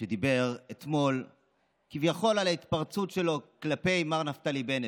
שדיבר אתמול כביכול על ההתפרצות שלו כלפי מר נפתלי בנט.